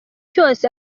cyose